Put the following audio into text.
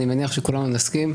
ואני מניח שכולנו נסכים,